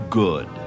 good